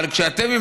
אבל כשאתם,